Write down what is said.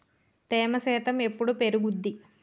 తేమ శాతం ఎప్పుడు పెరుగుద్ది?